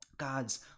God's